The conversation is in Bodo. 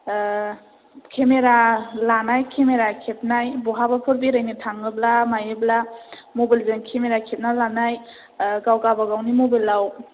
केमेरा लानाय केमेरा खेबनाय बहाबाफोर बेरायनो थाङोब्ला मायोब्ला मबाइलजों केमेरा खेबनानै लानाय गावगाबावनि मबाइलाव